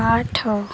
ଆଠ